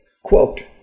Quote